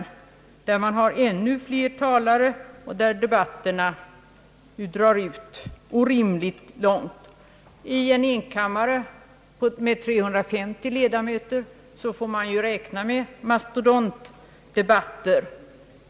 Där har man ännu flera talare, och där drar debatterna ut orimligt långt. I en enkammare med 350 ledamöter får man räkna med mastodontdebatter.